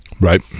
Right